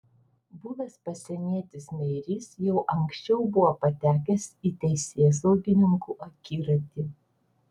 buvęs pasienietis meirys jau anksčiau buvo patekęs į teisėsaugininkų akiratį